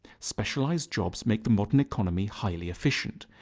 specialised jobs make the modern economy highly efficient,